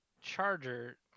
Charger